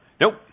Nope